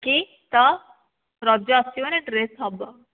କି ତ ରଜ ଆସୁଛି ମାନେ ଡ୍ରେସ୍ ହେବ